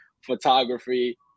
photography